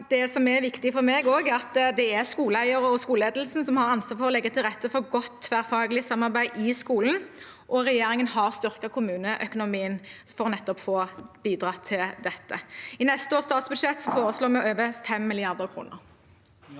Det som også er viktig for meg, er at det er skoleeier og skoleledelsen som har ansvar for å legge til rette for godt tverrfaglig samarbeid i skolen, og regjeringen har styrket kommuneøkonomien for nettopp å få bidratt til dette. I neste års statsbudsjett foreslår vi over 5 mrd. kr.